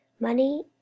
money